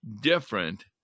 different